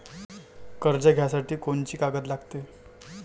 कर्ज घ्यासाठी कोनची कागद लागते?